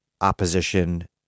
opposition